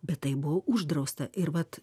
bet tai buvo uždrausta ir vat